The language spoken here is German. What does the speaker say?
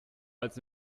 als